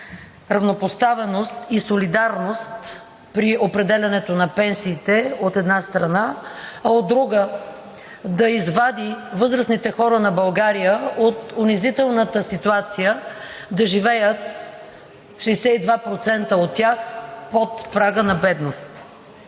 равнопоставеност и солидарност при определянето на пенсиите, от една страна, а от друга, да извади възрастните хора на България от унизителната ситуация – 62% от тях да живеят под прага на бедност.